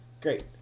Great